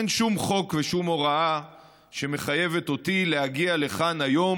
אין שום חוק ושום הוראה שמחייבת אותי להגיע לכאן היום,